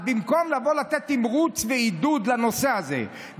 אז במקום לבוא ולתת תמרוץ ועידוד לנושא הזה,